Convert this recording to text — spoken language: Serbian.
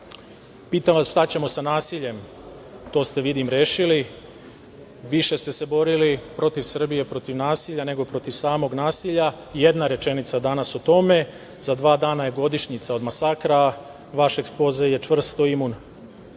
vas - šta ćemo sa nasiljem? To ste vidim rešili. Više ste se borili protiv Srbije protiv nasilja, nego protiv samog nasilja. Jedna rečenica danas o tome. Za dva dana je godišnjica od masakra. Vaš ekspoze je čvrsto imun